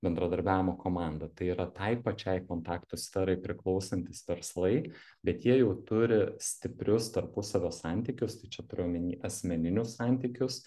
bendradarbiavimo komanda tai yra tai pačiai kontaktų sferai priklausantys verslai bet jie jau turi stiprius tarpusavio santykius tai čia turiu omeny asmeninius santykius